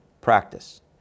practice